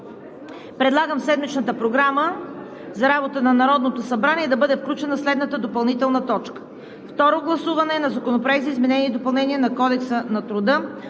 предлагам в седмичната Програма за работа на Народното събрание да бъде включена следната допълнителна точка – Второ гласуване на Законопроекта за изменение и допълнение на Кодекса на труда